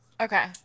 Okay